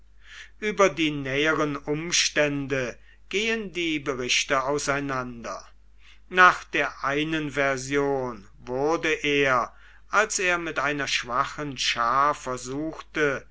über die näheren umstände gehen die berichte auseinander nach der einen version wurde er als er mit einer schwachen schar versuchte